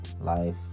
life